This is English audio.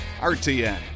RTN